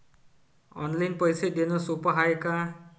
Online पैसे देण सोप हाय का?